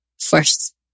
first